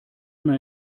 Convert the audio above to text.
mal